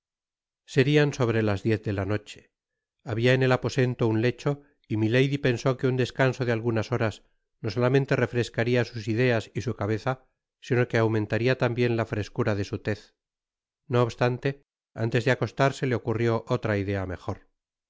serian sobre las diez de la noche habia en el aposento un lecho y milady pensó que un descanso de algunas horas no solamente refrescaria sus ideas y su cabeza sino que aumentaria tambien la frescura de su tez no obstante antes de acostarse le ocurrió otra idea mejor